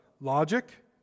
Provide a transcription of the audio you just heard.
logic